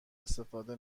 استفاده